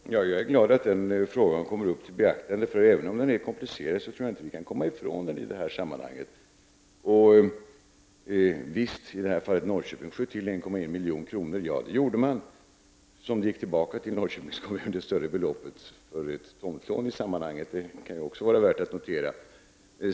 Herr talman! Jag är glad att den frågan kommer upp till beaktande. Även om den är komplicerad, tror jag inte att vi kan komma ifrån den i detta sammanhang. Ja, Norrköpings kommun sköt till 1 milj.kr. i detta fall, men det större beloppet gick tillbaka till kommunen för ett tomtlån — det kan också vara värt att notera.